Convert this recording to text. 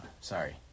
Sorry